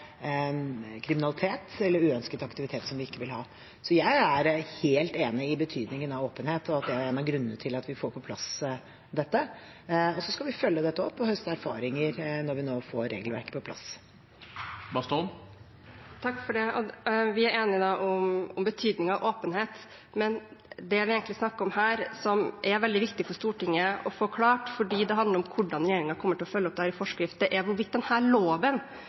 kriminalitet og uønsket aktivitet, som vi ikke vil ha. Så jeg er helt enig i betydningen av åpenhet, og at det er en av grunnene til at vi får dette på plass. Så skal vi følge dette opp og høste erfaringer når vi har fått regelverket på plass. Vi er enige om betydningen av åpenhet. Men det vi egentlig snakker om her, og som det er veldig viktig at blir klart for Stortinget fordi det handler om hvordan regjeringen kommer til å følge opp dette i forskrift, er hvorvidt denne loven